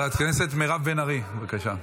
הכנסת מירב בן ארי, בבקשה.